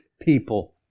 people